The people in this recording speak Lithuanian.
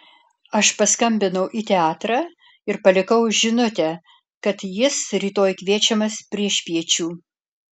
aš paskambinau į teatrą ir palikau žinutę kad jis rytoj kviečiamas priešpiečių